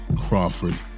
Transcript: Crawford